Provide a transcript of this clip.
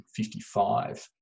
1955